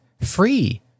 free